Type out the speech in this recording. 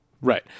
Right